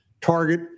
target